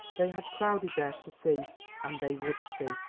they had crowded there to see and they would see.